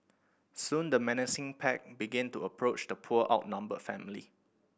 soon the menacing pack begin to approach the poor outnumbered family